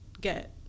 get